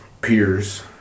peers